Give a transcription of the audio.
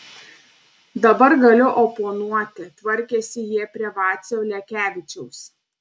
dabar galiu oponuoti tvarkėsi jie prie vacio lekevičiaus